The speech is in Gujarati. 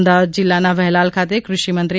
અમદાવાદ જીલ્લાના વહેલાલ ખાતે કૃષિમંત્રી આર